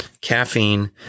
caffeine